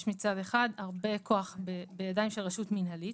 מצד אחד הרבה כוח בידי רשות מינהלית.